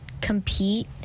compete